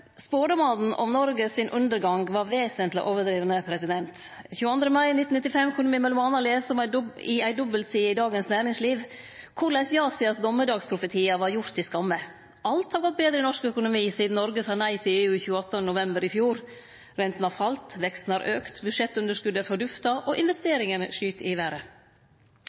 Spådommane om Noreg sin undergang var vesentleg overdrivne. Den 22. mai 1995 kunne me m.a. lese over ei dobbeltside i Dagens Næringsliv korleis ja-sidas dommedagsprofetiar var gjorde til skamme: «Alt har gått bedre i norsk økonomi siden Norge sa nei til EU 28. november ifjor. renten har falt, veksten har økt, budsjettunderskuddet er forduftet og investeringene skyter i været.»